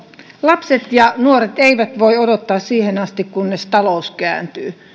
lapset ja nuoret eivät voi odottaa siihen asti kunnes talous kääntyy